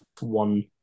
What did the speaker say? one